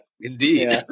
indeed